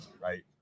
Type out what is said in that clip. right